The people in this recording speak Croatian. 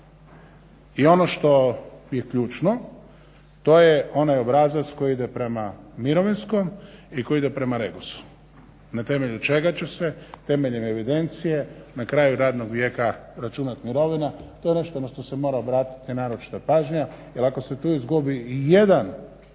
I ono što je ključno to je onaj obrazac koji ide prema mirovinskom i koji ide prema Regosu na temelju čega će se temeljem evidencije na kraju radnog vijeka računat mirovina. To je nešto na što se mora obratiti naročita pažnja jer ako se tu izgubi i jedan podatak